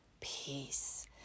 peace